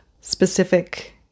specific